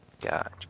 Gotcha